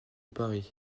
paris